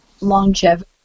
longevity